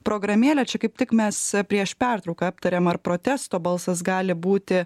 programėlę čia kaip tik mes prieš pertrauką aptarėm ar protesto balsas gali būti